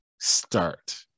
start